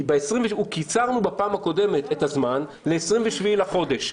כי קיצרנו בפעם הקודמת את הזמן ל-27 לחודש.